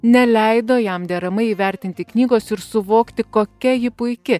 neleido jam deramai įvertinti knygos ir suvokti kokia ji puiki